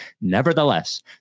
Nevertheless